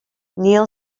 neil